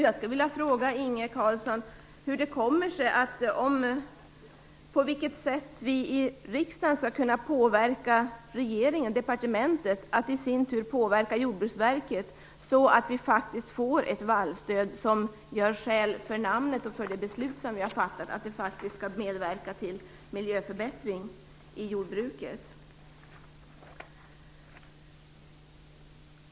Jag frågar Inge Carlsson: På vilket sätt skall riksdagen kunna påverka departementet att i sin tur påverka Jordbruksverket så att det faktiskt blir ett vallstöd som gör skäl för namnet och för det beslut vi har fattat som innebär att det faktiskt skall medverka till miljöförbättring i jordbruket?